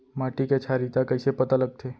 माटी के क्षारीयता कइसे पता लगथे?